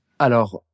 Alors